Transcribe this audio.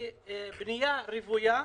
לבנייה רוויה,